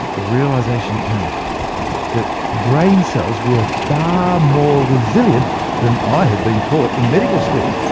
the realisation came that brain cells were far more resilient than i had been taught in medical school.